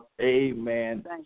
Amen